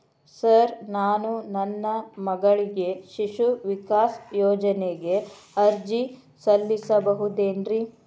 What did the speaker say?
Sir ನಾನು ನನ್ನ ಮಗಳಿಗೆ ಶಿಶು ವಿಕಾಸ್ ಯೋಜನೆಗೆ ಅರ್ಜಿ ಸಲ್ಲಿಸಬಹುದೇನ್ರಿ?